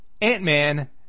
Ant-Man